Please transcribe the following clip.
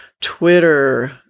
Twitter